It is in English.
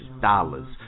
dollars